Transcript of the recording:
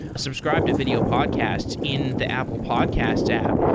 subscribe to video podcasts in the apple podcast app.